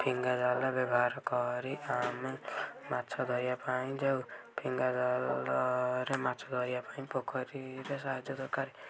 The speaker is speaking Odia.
ଫିଙ୍ଗା ଜାଲ ବ୍ୟବହାର କରି ଆମେ ମାଛ ଧରିବା ପାଇଁ ଯାଉ ଫିଙ୍ଗା ଜାଲରେ ମାଛ ଧରିବା ପାଇଁ ପୋଖରୀରେ ସାହାଯ୍ୟ ଦରକାର